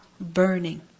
burning